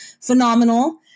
phenomenal